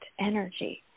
energy